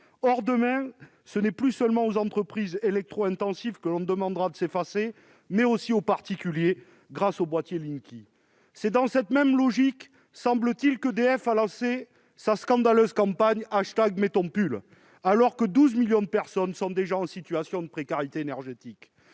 Or, demain, ce n'est plus seulement aux entreprises électro-intensives que l'on demandera de s'effacer, mais aussi aux particuliers, grâce aux boîtiers Linky. C'est dans cette logique, semble-t-il, qu'EDF a lancé sa scandaleuse campagne #MetsTonPull, alors que 12 millions de personnes sont déjà en situation de précarité énergétique.